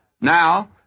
Now